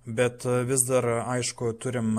bet vis dar aišku turim